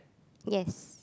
yes